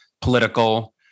political